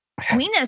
Weenus